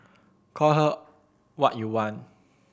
call her what you want